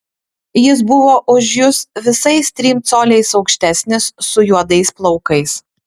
jis buvo už jus visais trim coliais aukštesnis su juodais plaukais